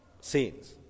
scenes